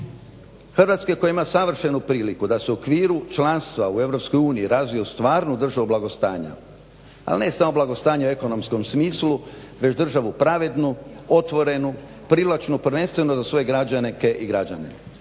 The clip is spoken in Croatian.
Hrvatske koja ima savršenu priliku da se u okviru članstva u EU razvije u stvarnu državu blagostanja ali ne samo blagostanja u ekonomskom smislu već državu pravednu, otvorenu, privlačnu prvenstveno za svoje građanke i građane,